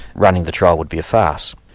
running the trial would be a farce.